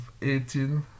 18